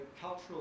cultural